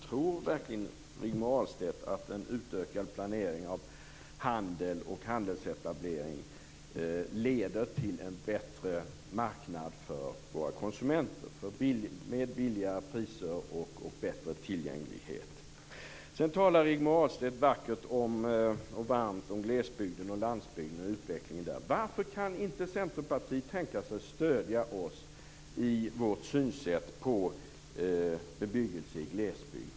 Tror verkligen Rigmor Ahlstedt att en utökad planering av handel och handelsetablering leder till en bättre marknad för våra konsumenter, med lägre priser och bättre tillgänglighet? Rigmor Ahlstedt talar också vackert och varmt om glesbygden och landsbygden och utvecklingen där. Varför kan inte Centerpartiet tänka sig att stödja oss i vårt synsätt på bebyggelse i glesbygd?